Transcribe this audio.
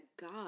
God